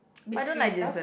mystery itself